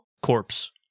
corpse